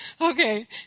okay